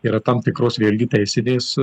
yra tam tikros vėlgi teisinės